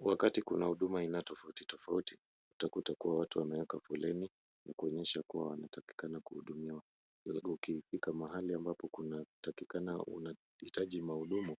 Wati kuna huduma aina tofauti tofauti, utakuta watu wameweka foleni na kuonyesha kuwa wanataikana kuhudumiwa, kwa hivyo ukifika mahali ambapo kunatakikana unahitaji huduma,